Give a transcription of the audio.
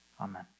Amen